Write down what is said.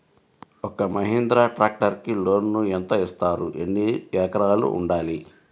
ఒక్క మహీంద్రా ట్రాక్టర్కి లోనును యెంత ఇస్తారు? ఎన్ని ఎకరాలు ఉండాలి?